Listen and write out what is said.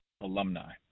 Alumni